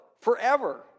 forever